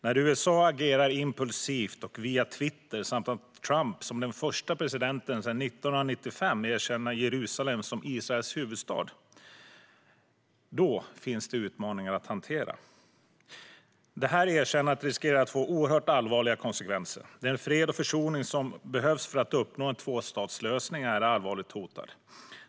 När USA agerar impulsivt och via Twitter och när Trump, som den förste presidenten sedan 1995, erkänner Jerusalem som Israels huvudstad finns det utmaningar att hantera. Erkännandet riskerar att få oerhört allvarliga konsekvenser. Den fred och försoning som behövs för att uppnå en tvåstatslösning är allvarligt hotad.